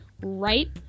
right